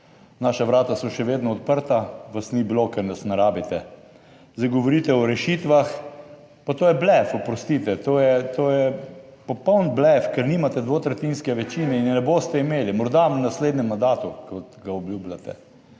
Naša vrata so še vedno odprta. Vas ni bilo, ker nas ne rabite. Zdaj govorite o rešitvah pa to je blef, oprostite to je, to je popoln blef, ker nimate dvotretjinske večine in je ne boste imeli morda v naslednjem mandatu kot ga obljubljate,